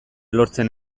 lortzen